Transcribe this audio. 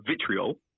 vitriol